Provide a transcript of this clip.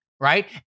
right